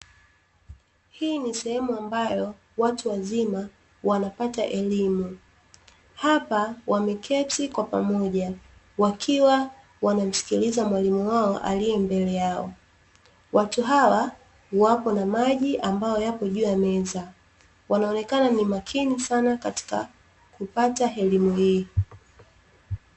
Hii ni sehemu ambayo watu wazima wanapata elimu; hapa wameketi kwa pamoja wakiwa wanamsikiliza mwalimu wao aliye mbele yao. Watu hawa wapo na maji ambao yapo juu ya meza, wanaonekana ni makini sana katika kupata elimu hii.